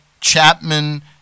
Chapman